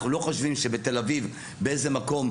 אנחנו לא חושבים שבתל אביב באיזה מקום,